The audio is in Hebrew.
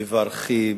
מברכים,